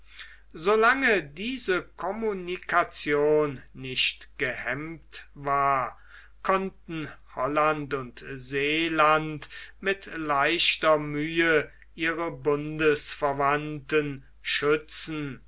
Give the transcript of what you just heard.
diese communication nicht gehemmt war konnten holland und seeland mit leichter mühe ihre bundsverwandten schützen